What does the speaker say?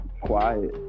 Quiet